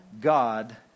God